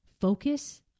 focus